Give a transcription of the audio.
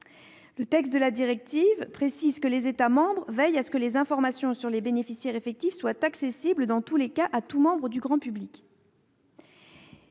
des structures. La directive précise que « les États membres veillent à ce que les informations sur les bénéficiaires effectifs soient accessibles dans tous les cas » à tout membre du grand public.